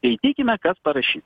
skaitykime kas parašyta